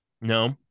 No